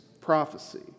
prophecy